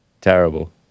Terrible